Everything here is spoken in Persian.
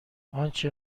انچه